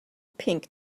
pink